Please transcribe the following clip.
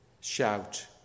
shout